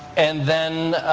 and then